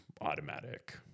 automatic